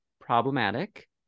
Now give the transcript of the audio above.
problematic